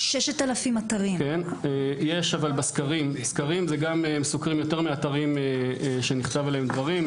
אבל הסקרים סוקרים יותר מאתרים שנכתבו עליהם דברים,